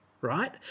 right